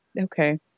Okay